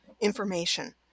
information